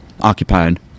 occupied